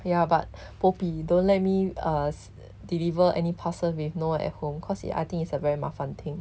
ya but po bi don't let me uh s~ deliver any parcel with no one at home cause it I think it's a very 麻烦 thing